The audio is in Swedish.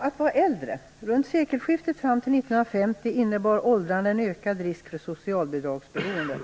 Fru talman! Från sekelskiftet och fram till 1950 innebar åldrandet en ökad risk för socialbidragsberoende.